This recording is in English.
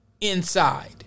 Inside